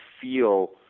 feel